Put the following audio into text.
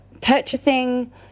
purchasing